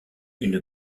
une